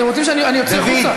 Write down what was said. אתם רוצים שאני אוציא החוצה?